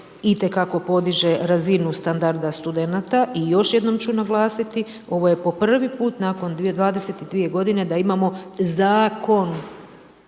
itekako podiže razinu standarda studenata i još jednom ću naglasiti, ovo je po prvi put nakon 22 g. da imamo zakon